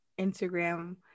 instagram